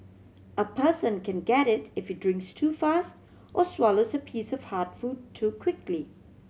a person can get it if he drinks too fast or swallows a piece of hard food too quickly